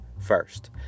first